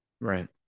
right